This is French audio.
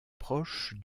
proche